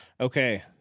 okay